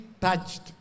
touched